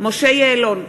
משה יעלון,